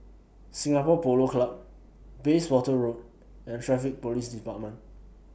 Singapore Polo Club Bayswater Road and Traffic Police department